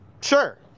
Sure